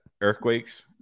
earthquakes